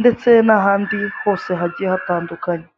ndetse n'ahandi hose hagiye hatandukanye.